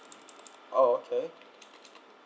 oh okay